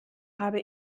habe